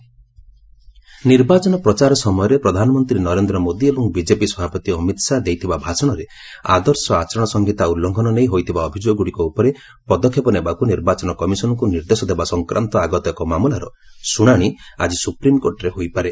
SC model code ନିର୍ବାଚନ ପ୍ରଚାର ସମୟରେ ପ୍ରଧାନମନ୍ତ୍ରୀ ନରେନ୍ଦ୍ର ମୋଦି ଏବଂ ବିଜେପି ସଭାପତି ଅମିତ ଶାହା ଦେଇଥିବା ଭାଷଣରେ ଆଦର୍ଶ ଆଚରଣ ସଂହିତା ଉଲ୍ଲୁଙ୍ଘନ ନେଇ ହୋଇଥିବା ଅଭିଯୋଗଗୁଡ଼ିକ ଉପରେ ପଦକ୍ଷେପ ନେବାକୁ ନିର୍ବାଚନ କମିଶନଙ୍କୁ ନିର୍ଦ୍ଦେଶ ଦେବା ସଫ୍ରାନ୍ତ ଆଗତ ଏକ ମାମଲାର ଶୁଣାଣି ଆଜି ସୁପ୍ରିମ୍କୋର୍ଟରେ ହୋଇପାରେ